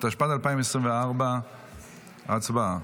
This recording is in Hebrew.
התשפ"ד 2024. הצבעה.